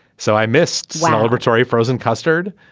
so i missed one old retiree frozen custard.